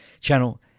channel